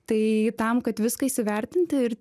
tai tam kad viską įsivertinti ir